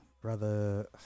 Brother